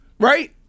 Right